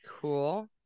Cool